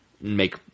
make